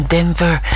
Denver